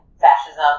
fascism